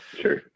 sure